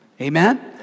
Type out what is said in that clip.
Amen